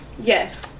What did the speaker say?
Yes